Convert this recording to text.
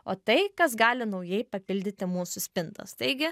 o tai kas gali naujai papildyti mūsų spintas taigi